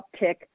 uptick